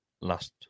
last